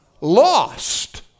Lost